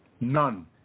None